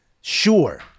Sure